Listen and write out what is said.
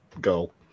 goal